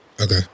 Okay